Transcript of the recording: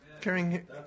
carrying